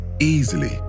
easily